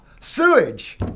Sewage